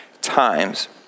times